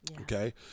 okay